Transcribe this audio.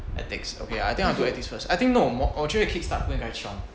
ethics okay I think I'll do ethics first I think no 我觉得 kickstart 不应该 chiong